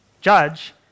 judge